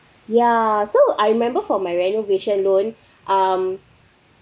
ya so I remember from my renovation loan um